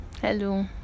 hello